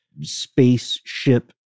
spaceship